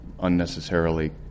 unnecessarily